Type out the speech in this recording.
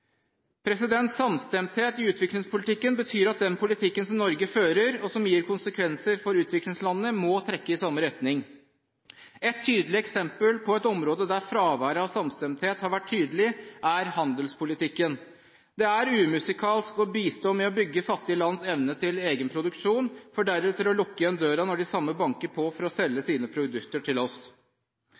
i utviklingspolitikken betyr at den politikken som Norge fører, og som gir konsekvenser for utviklingslandene, må trekke i samme retning. Ett tydelig eksempel på et område der fraværet av samstemthet har vært tydelig, er handelspolitikken. Det er umusikalsk å bistå med å bygge fattige lands evne til egen produksjon, for deretter å lukke igjen døra når de samme banker på for å selge sine produkter til oss.